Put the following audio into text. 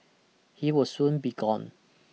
he will soon be gone